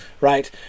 right